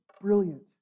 brilliant